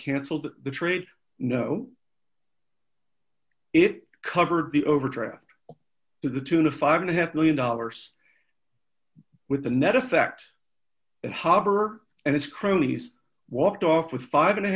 cancelled the trade no it covered the overdraft to the tune of five and a half one million dollars with the net effect and harbor and his cronies walked off with five and a